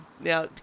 now